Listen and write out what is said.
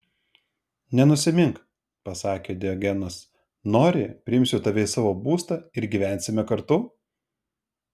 nenusimink pasakė diogenas nori priimsiu tave į savo būstą ir gyvensime kartu